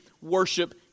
worship